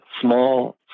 small